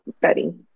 Betty